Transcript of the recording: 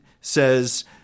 says